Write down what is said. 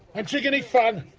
antigone funn?